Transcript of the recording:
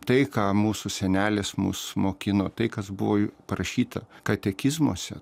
tai ką mūsų senelės mus mokino tai kas buvo parašyta katekizmuose